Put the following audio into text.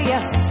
Yes